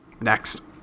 Next